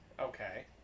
Okay